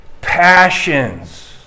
Passions